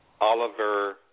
Oliver